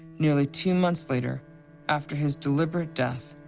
nearly two months later after his deliberate death,